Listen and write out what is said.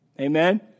Amen